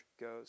goes